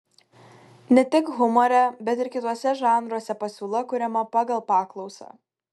ne tik humore bet ir kituose žanruose pasiūla kuriama pagal paklausą